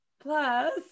Plus